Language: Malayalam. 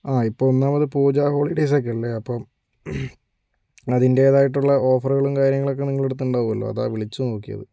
ആ ഇപ്പോൾ ഒന്നാമത് പൂജാ ഹോളിഡേയ്സ് ഒക്കെ അല്ലേ അപ്പം അതിൻ്റെതായിട്ടുള്ള ഓഫറുകളും കാര്യങ്ങളൊക്കെ നിങ്ങളടുത്തുണ്ടാവല്ലോ അതാ വിളിച്ചു നോക്കിയത്